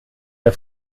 der